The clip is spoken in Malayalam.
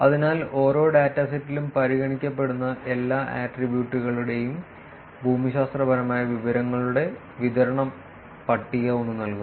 അതിനാൽ ഓരോ ഡാറ്റാസെറ്റിലും പരിഗണിക്കപ്പെടുന്ന എല്ലാ ആട്രിബ്യൂട്ടുകളുടെയും ഭൂമിശാസ്ത്രപരമായ വിവരങ്ങളുടെ വിതരണം പട്ടിക ഒന്ന് നൽകുന്നു